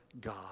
God